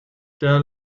there